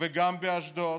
גם באשדוד,